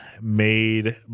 made